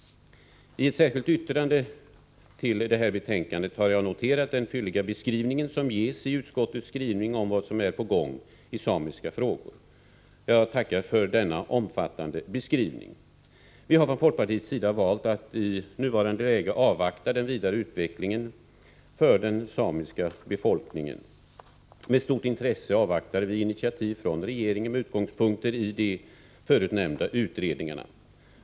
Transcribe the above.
I ett särskilt yttrande till detta betänkande har jag noterat den fylliga beskrivning som utskottet ger om vad som är på gång i samiska frågor. Jag tackar för denna omfattande beskrivning. Vi har från folkpartiets sida valt att i nuvarande läge avvakta den vidare utvecklingen för den samiska befolkningen. Med stort intresse väntar vi på initiativ från regeringen med utgångspunkt i de tidigare nämnda utredningarna.